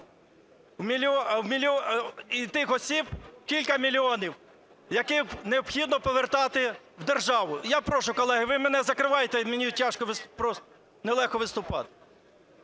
і тих осіб кілька мільйонів, які необхідно повертати в державу. (І я прошу, колеги, ви мене закриваєте, мені тяжко, нелегко виступати).